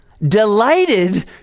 delighted